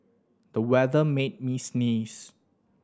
the weather made me sneeze